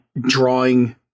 drawing